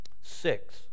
Six